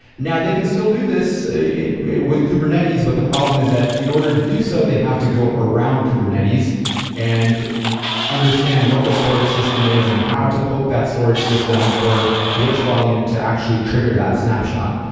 now, they can still do this with kubernetes, but the problem is that in order to do so, they have to go around kubernetes and understand what the storage system is and how to poke that storage system for which volume to actually trigger that snapshot.